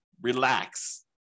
relax